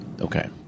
Okay